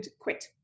quit